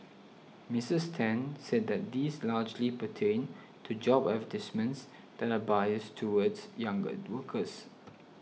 Mrs Ten said that these largely pertained to job advertisements that are biased towards younger workers